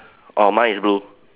oh mine is blue